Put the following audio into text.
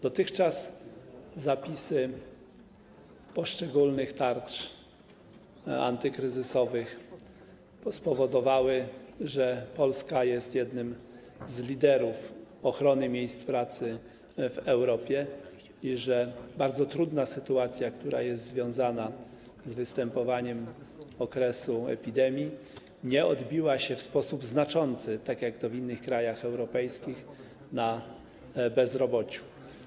Dotychczasowe zapisy poszczególnych tarcz antykryzysowych spowodowały, że Polska jest jednym z liderów ochrony miejsc pracy w Europie i bardzo trudna sytuacja, która jest związana z występowaniem epidemii, nie odbiła się w sposób znaczący, jak w innych krajach europejskich, na bezrobociu.